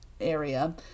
area